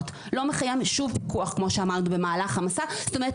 אם אנחנו רואים שנסיעת המבחן הזאת,